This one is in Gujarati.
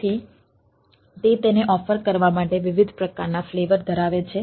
તેથી તે તેને ઓફર છે